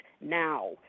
now